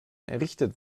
errichtet